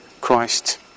Christ